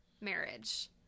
marriage